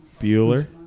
Bueller